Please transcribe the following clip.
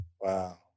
Wow